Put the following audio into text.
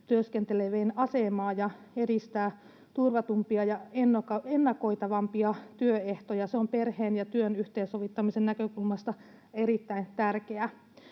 työskentelevien asemaa ja edistää turvatumpia ja ennakoitavampia työehtoja. Se on perheen ja työn yhteensovittamisen näkökulmasta erittäin tärkeää.